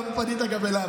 למה פנית גם אליי?